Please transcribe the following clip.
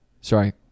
Sorry